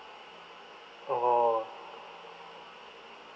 oh